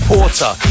Porter